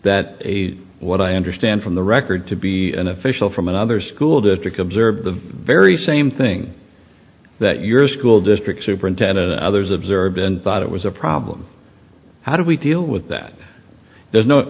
that what i understand from the record to be an official from another school district observed the very same thing that your school district superintendent and others observed and thought it was a problem how do we deal with that there's no